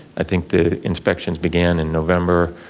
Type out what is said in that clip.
i think the inspections began in november,